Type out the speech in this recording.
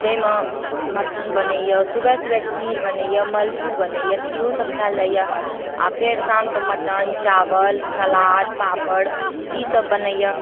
जाहिमे मटन बनैए सुबह सुबह खीर बनैए मलपु बनैए तऽ इहोसब खाएल जाइए आओर फेर शामके मटन चावल सलाद पापड़ ईसब बनैए